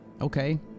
Okay